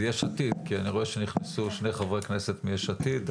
אני רואה שנכנסו שני חברי כנסת מיש עתיד,